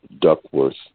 Duckworth